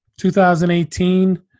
2018